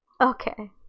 Okay